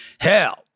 hell